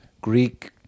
greek